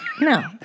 no